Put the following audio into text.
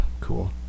cool